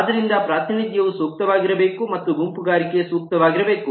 ಆದ್ದರಿಂದ ಪ್ರಾತಿನಿಧ್ಯವು ಸೂಕ್ತವಾಗಿರಬೇಕು ಮತ್ತು ಗುಂಪುಗಾರಿಕೆ ಸೂಕ್ತವಾಗಿರಬೇಕು